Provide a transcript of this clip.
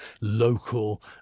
local